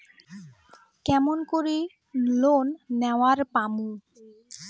কেমন করি লোন নেওয়ার পামু?